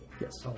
Yes